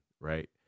right